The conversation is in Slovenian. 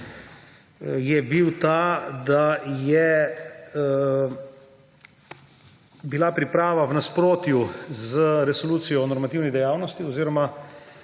je bil ta, da je bila priprava v nasprotju z Resolucijo o normativni dejavnosti oziroma